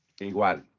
Igual